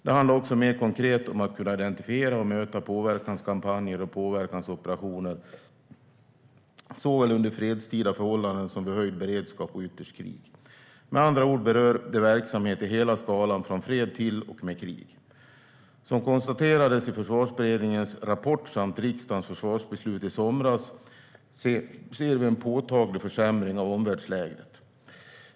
Det handlar också mer konkret om att kunna identifiera och möta påverkanskampanjer och påverkansoperationer såväl under fredstida förhållanden som vid höjd beredskap och ytterst krig. Med andra ord berör det verksamhet i hela skalan från fred till och med krig. Som konstaterades i Försvarsberedningens rapport samt riksdagens försvarsbeslut i somras ser vi en påtaglig försämring av omvärldsläget.